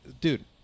dude